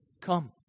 Come